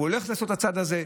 הוא הולך לעשות את הצעד הזה,